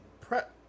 prep